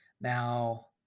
Now